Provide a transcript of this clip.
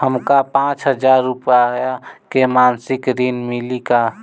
हमका पांच हज़ार रूपया के मासिक ऋण मिली का?